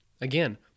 Again